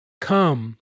Come